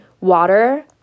water